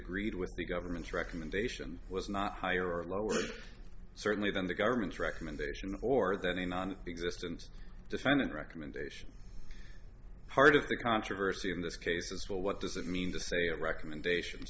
agreed with the government's recommendation was not higher or lower certainly than the government's recommendation or that a non existant defendant recommendation part of the controversy in this case is well what does it mean to say a recommendation